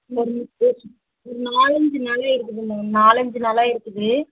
ஒரு ஒரு ஒரு நாலஞ்சு நாளாக இருக்குது மேம் நாலஞ்சு நாளாக இருக்குது